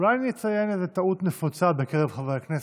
אולי אני אציין איזה טעות נפוצה בקרב חברי הכנסת: